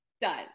Done